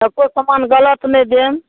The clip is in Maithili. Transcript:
एको समान गलत नहि देम